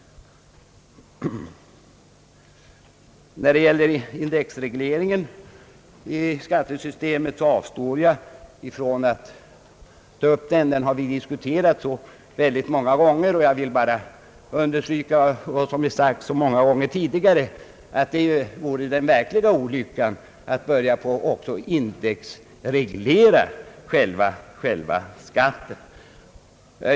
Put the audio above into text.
När det gäller indexregleringen i skattesystemet så avstår jag ifrån att ta upp den frågan; vi har diskuterat den många gånger tidigare. Jag vill bara understryka vad som sagts lika många gånger tidigare, att det ju vore en verklig olycka om vi började indexreglera själva skatten.